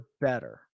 better